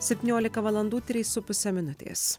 septyniolika valandų trys su puse minutės